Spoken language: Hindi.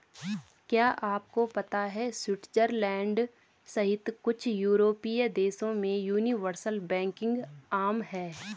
क्या आपको पता है स्विट्जरलैंड सहित कुछ यूरोपीय देशों में यूनिवर्सल बैंकिंग आम है?